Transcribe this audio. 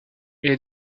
est